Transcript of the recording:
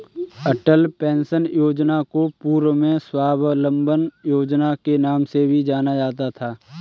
अटल pension योजना को पूर्व में स्वाबलंबन योजना के नाम से भी जाना जाता था